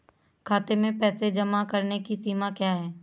खाते में पैसे जमा करने की सीमा क्या है?